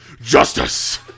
Justice